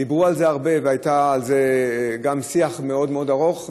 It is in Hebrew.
דיברו על זה הרבה והיה על זה גם שיח מאוד מאוד ארוך וגדול.